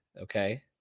okay